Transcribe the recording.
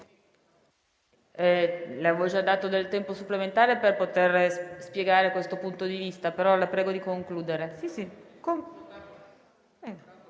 Le avevo già dato del tempo supplementare per poter spiegare questo punto di vista, però la prego di concludere.